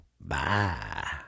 Bye